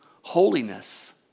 holiness